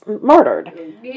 murdered